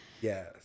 Yes